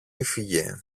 έφυγε